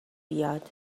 بیاد